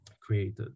created